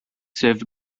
served